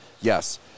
yes